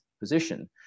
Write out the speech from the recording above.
position